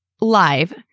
live